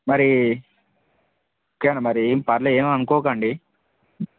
మరి ఓకేనా మరి ఏమి పర్లేదు ఏమి అనుకోకండి